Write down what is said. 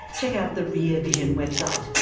check out the rear vision website.